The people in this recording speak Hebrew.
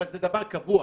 אבל זה דבר קבוע.